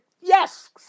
yes